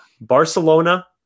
Barcelona